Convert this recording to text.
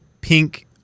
pink